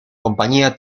compañía